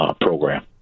program